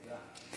תודה.